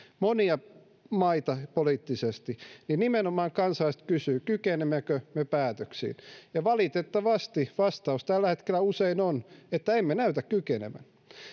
monia maita poliittisesti niin kansalaiset kysyvät nimenomaan kykenemmekö me päätöksiin valitettavasti vastaus tällä hetkellä usein on että emme näytä kykenevän